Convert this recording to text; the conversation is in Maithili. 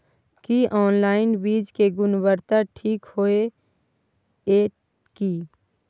की ऑनलाइन बीज के गुणवत्ता ठीक होय ये की?